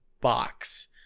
box